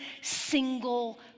single